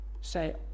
say